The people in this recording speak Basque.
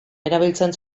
erabiltzen